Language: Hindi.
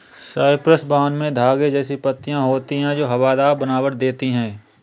साइप्रस वाइन में धागे जैसी पत्तियां होती हैं जो हवादार बनावट देती हैं